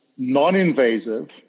non-invasive